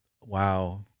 Wow